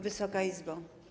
Wysoka Izbo!